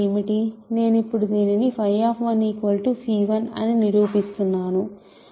నేను ఇప్పుడు దీనిని 𝚽1అని నిరూపిస్తున్నాను